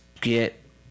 get